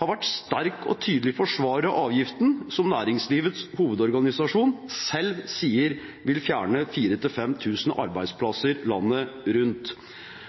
har vært en sterk og tydelig forsvarer av avgiften, som Næringslivets Hovedorganisasjon selv sier vil fjerne 4 000–5 000 arbeidsplasser landet rundt.